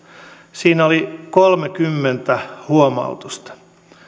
siinä oli kolmekymmentä huomautusta